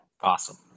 awesome